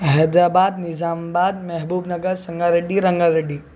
حیدر آباد Nizamabad Mahbubnagar Sangareddy Ranga Reddy